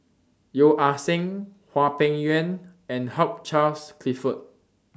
Yeo Ah Seng Hwang Peng Yuan and Hugh Charles Clifford